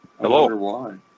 hello